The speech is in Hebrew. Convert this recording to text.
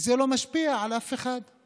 וזה לא משפיע על אף אחד.